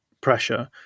pressure